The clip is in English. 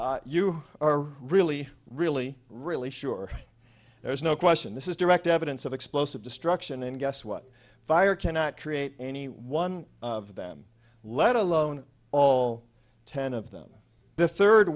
them you are really really really sure there is no question this is direct evidence of explosive destruction and guess what fire cannot create any one of them let alone all ten of them the third